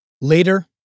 Later